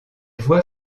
voies